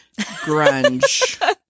grunge